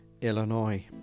Illinois